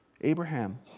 Abraham